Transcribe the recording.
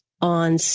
on